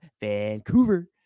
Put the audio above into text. Vancouver